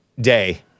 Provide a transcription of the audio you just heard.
day